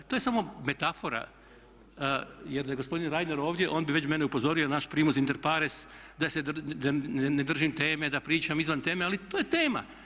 To je samo metafora jer da je gospodin Reiner ovdje on bi već mene upozorio naš primus interpares da se ne držim teme, da pričam izvan teme ali to je tema.